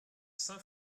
saint